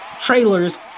trailers